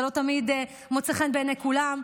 זה לא תמיד מוצא חן בעיני כולם,